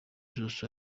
zose